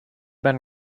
been